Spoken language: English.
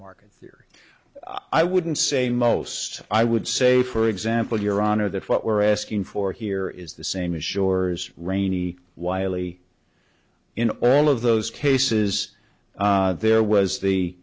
markets here i wouldn't say most i would say for example your honor that what we're asking for here is the same as shore's raney wiley in all of those cases there was the